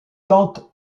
tantes